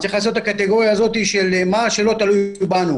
צריך לעשות את הקטגוריה של מה שלא תלוי בנו,